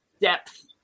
depth